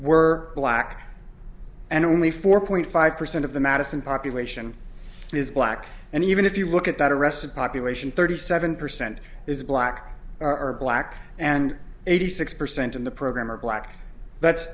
were black and only four point five percent of the madison population is black and even if you look at that arrest population thirty seven percent is black or black and eighty six percent in the program are black